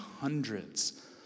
hundreds